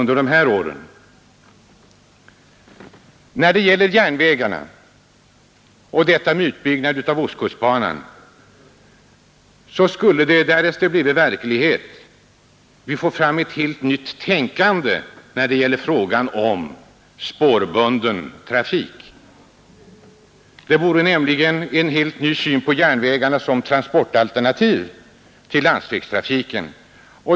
Därest utbyggnaden av ostkustbanan bleve en verklighet, skulle vi kunna få fram ett helt nytt tänkande när det gäller spårbunden trafik. Man kunde då få en helt ny syn på järnvägarna som transportalternativ till landsvägstrafiken.